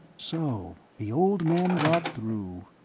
so the old man got through,